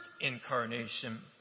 incarnation